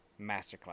Masterclass